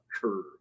curve